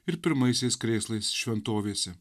ir pirmaisiais krėslais šventovėse